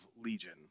Legion